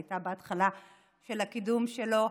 היא הייתה בהתחלה של הקידום שלו.